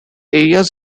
areas